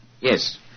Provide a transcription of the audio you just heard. Yes